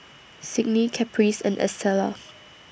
Signe Caprice and Estela